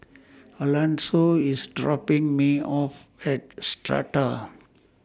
Alonso IS dropping Me off At Strata